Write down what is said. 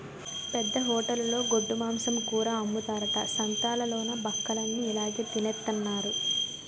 పెద్ద హోటలులో గొడ్డుమాంసం కూర అమ్ముతారట సంతాలలోన బక్కలన్ని ఇలాగె తినెత్తన్నారు